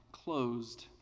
Closed